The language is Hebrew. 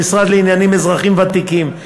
למשרד לאזרחים ותיקים,